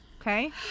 okay